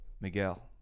Miguel